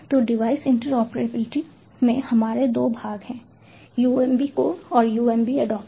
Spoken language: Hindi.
तो डिवाइस इंटरऑपरेबिलिटी में हमारे दो भाग हैं UMB कोर और UMB एडॉप्टर